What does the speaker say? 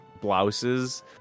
blouses